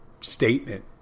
statement